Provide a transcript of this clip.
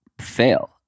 fail